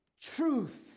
truth